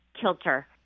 kilter